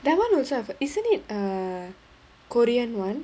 that one also have isn't it err korean [one]